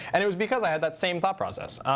and it was because i had that same thought process.